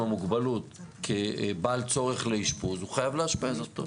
המוגבלות כבעל צורך לאשפוז הוא חייב לאשפז אותו.